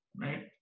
right